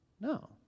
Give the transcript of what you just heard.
No